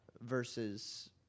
versus